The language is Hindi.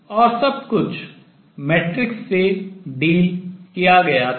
और सब कुछ मैट्रिक्स से deal संबद्ध किया गया था